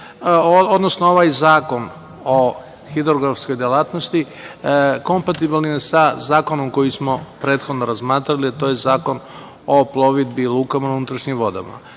poslanici, ovaj Zakon o hidrografskoj delatnosti kompatibilan je sa zakonom koji smo prethodno razmatrali, a to je Zakon o plovidbi i lukama na unutrašnjim vodama.